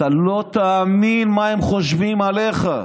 אתה לא תאמין מה הם חושבים עליך.